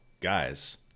guys